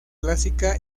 clásica